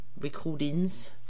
Recordings